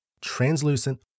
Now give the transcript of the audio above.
translucent